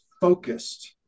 focused